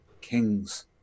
kings